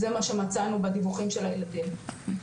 זה מה שמצאנו בדיווחים של הילדים.